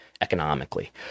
economically